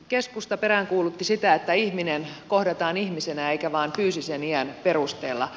keskusta peräänkuulutti sitä että ihminen kohdataan ihmisenä eikä vain fyysisen iän perusteella